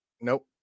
Nope